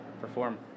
perform